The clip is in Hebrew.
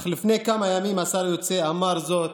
אך לפני כמה ימים השר היוצא, עמר בר לב, אמר זאת